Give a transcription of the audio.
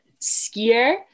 skier